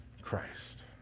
Christ